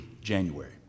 January